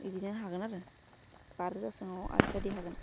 बिदिनो हागोन आरो बा रोजासोआव आजादि हागोन